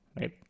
right